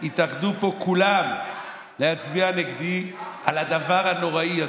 התאחדו פה כולם להצביע נגדי על הדבר הנוראי הזה.